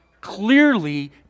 clearly